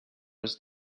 was